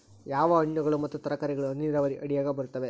ಯಾವ ಹಣ್ಣುಗಳು ಮತ್ತು ತರಕಾರಿಗಳು ಹನಿ ನೇರಾವರಿ ಅಡಿಯಾಗ ಬರುತ್ತವೆ?